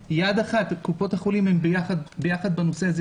קופות החולים הן יחד בנושא הזה.